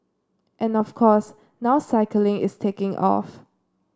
and of course now cycling is taking off